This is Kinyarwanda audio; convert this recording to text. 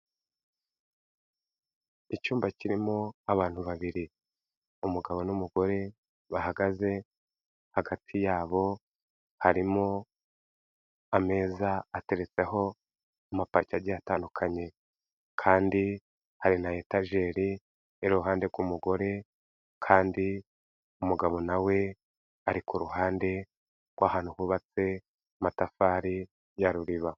Icyumba kirimo abantu babiri umugabo n'umugore bahagaze hagati, yabo harimo ameza ateretseho amapaki agiye atandukanye kandi hari n'etajeri iruhande rw'umugore kandi umugabo na we ari ku ruhande rw'ahantu hubatse amatafari ya ruriba.